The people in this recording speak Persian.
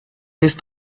نیست